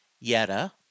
Yetta